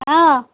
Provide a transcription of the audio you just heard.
অঁ